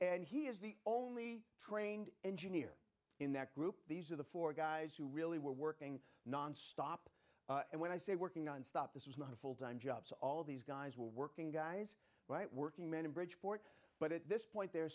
and he is the only trained engineer in that group these are the four guys who really were working nonstop and when i say working on stop this is not a full time jobs all these guys were working guys but working men in bridgeport but at this point they're